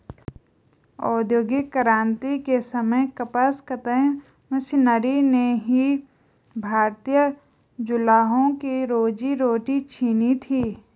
औद्योगिक क्रांति के समय कपास कताई मशीनरी ने ही भारतीय जुलाहों की रोजी रोटी छिनी थी